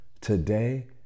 today